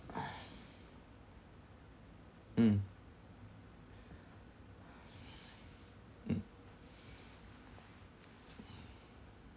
mm mm